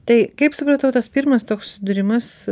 tai kaip supratau tas pirmas toks sudūrimas